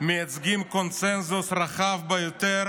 מייצגים קונסנזוס רחב ביותר